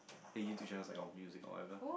and you teacher was like on music or whatever